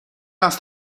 است